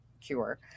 cure